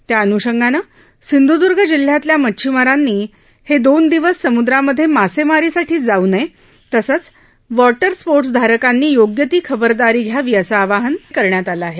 त्या अनूषंगानं सिंधूद्र्ग जिल्ह्यातल्या मच्छिमारांनी हे दोन दिवस सम्द्रामध्ये मासेमारी साठी जाऊ नये तसच वॉटर स्पोर्ट्सधारकांनी योग्य ती खबरदारी घ्यावी असं आवाहन करण्यात आलं आहे